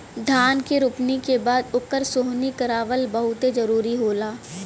धान के रोपनी के बाद ओकर सोहनी करावल बहुते जरुरी होला